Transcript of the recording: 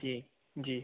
जी जी